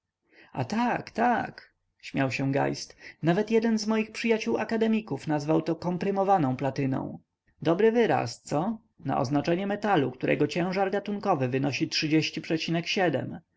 a tak tak śmiał się geist nawet jeden z moich przyjaciół akademików nazwał to komprymowaną platyną dobry wyraz co na oznaczenie metalu którego ciężar gatunkowy wynosi